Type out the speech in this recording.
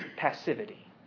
passivity